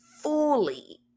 fully